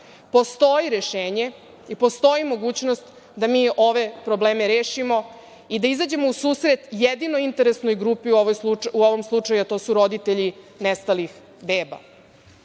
Postoji rešenje i postoji mogućnost da mi ove probleme rešimo i da izađemo u susret jedinoj interesnoj grupi u ovom slučaju, a to su roditelji nestalih beba. Prvo